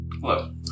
Hello